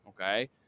Okay